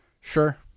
Sure